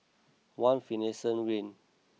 One Finlayson Green